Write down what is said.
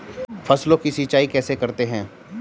फसलों की सिंचाई कैसे करते हैं?